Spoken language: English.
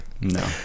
no